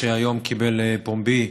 שהיום קיבל פומבי